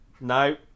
No